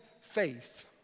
faith